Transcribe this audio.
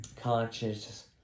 Conscious